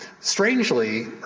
Strangely